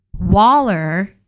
Waller